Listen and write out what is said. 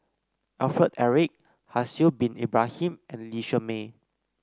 Alfred Eric Haslir Bin Ibrahim and Lee Shermay